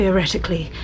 Theoretically